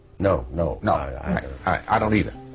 no, no no i don't either